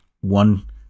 one